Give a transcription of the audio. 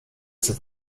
zur